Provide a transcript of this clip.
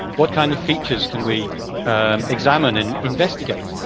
what kind of features can we examine and investigate.